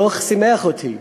הדוח שימח אותי.